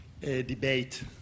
debate